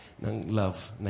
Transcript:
love